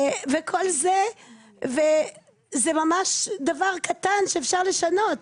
זה ממש דבר קטן שאפשר לשנות.